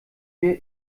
wir